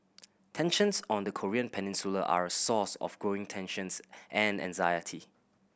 tensions on the Korean Peninsula are a source of growing tensions and anxiety